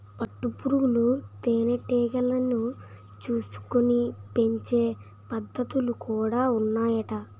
పట్టు పురుగులు తేనె టీగలను చూసుకొని పెంచే పద్ధతులు కూడా ఉన్నాయట